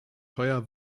teuer